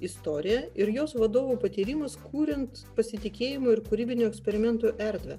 istorija ir jos vadovų patyrimas kuriant pasitikėjimo ir kūrybinių eksperimentų erdvę